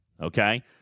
Okay